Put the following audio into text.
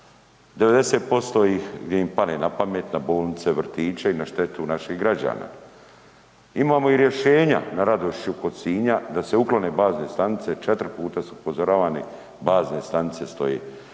90% gdje im padne na pamet na bolnice, vrtiće i na štetu naših građana. Imamo i rješenja na Radošću kod Sinja da se uklone bazne stanice, četiri puta su upozoravani, bazne stanice stoje.